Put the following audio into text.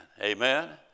amen